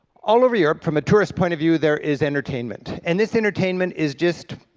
all over europe, from a tourist point of view, there is entertainment, and this entertainment is just,